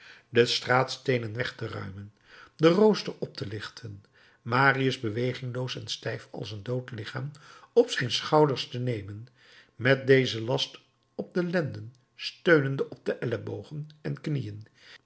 de straatsteenen weg te ruimen den rooster op te lichten marius bewegingloos en stijf als een dood lichaam op zijn schouders te nemen met dezen last op de lenden steunende op ellebogen en knieën